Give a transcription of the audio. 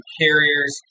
carriers